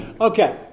Okay